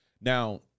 now